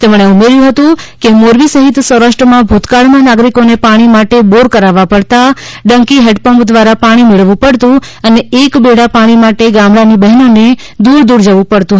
તેમણે ઉમેર્યુ હતું કે મોરબી સહિત સૌરાષ્ટ્રમાં ભૂતકાળમાં નાગરિકોને પાણી માટે બોર કરાવવા પડતા ડંકી હેન્ડ પંપ દ્વારા પાણી મેળવવું પડતું અને એક બેડા પાણી માટે ગામડાની બહેનોને દ્વર દૂર જવું પડતું